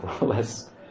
less